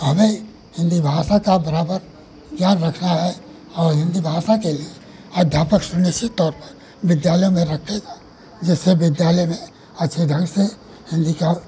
हमें हिन्दी भाषा का बराबर याद रखना है और हिन्दी भाषा के लिए अध्यापक सुनिश्चित तौर पर विद्यालयों में रखेगा जिससे विद्यालय में अच्छे ढंग से हिन्दी का